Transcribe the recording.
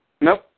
Nope